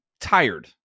tired